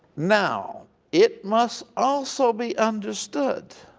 now it must also be understood